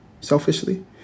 selfishly